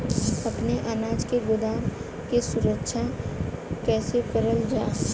अपने अनाज के गोदाम क सुरक्षा कइसे करल जा?